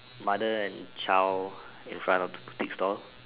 mother and child in front of the boutique store